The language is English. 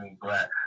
Black